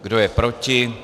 Kdo je proti?